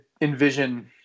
envision